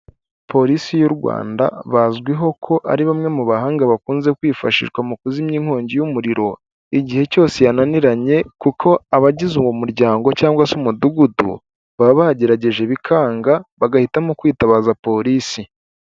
Polisi y'u Rwanda bazwiho ko ari bamwe mu bahanga bakunze kwifashishwa mu kuzimya inkongi y'umuriro igihe cyose yananiranye kuko abagize uwo muryango cyangwa se umudugudu baba bagerageje bikanga bagahitamo kwitabaza polisi.